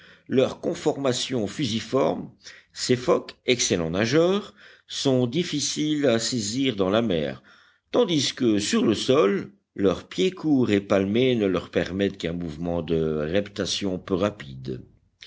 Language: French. leur conformation fusiforme ces phoques excellents nageurs sont difficiles à saisir dans la mer tandis que sur le sol leurs pieds courts et palmés ne leur permettent qu'un mouvement de reptation peu rapide